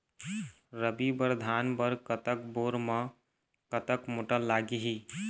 रबी बर धान बर कतक बोर म कतक मोटर लागिही?